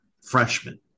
freshman